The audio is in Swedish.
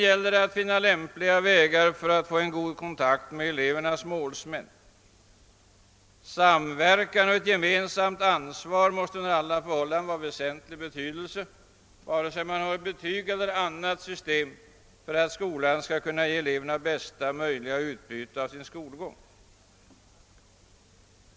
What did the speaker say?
Likaså måste man finna lämpliga vägar för att nå god kontakt med elevernas målsmän. Samverkan och gemensamt ansvar måste under alla förhållanden vara av väsentlig betydelse, oavsett om man har betyg eller något annat system för att ge eleverna bästa möjliga utbyte av sin skolgång.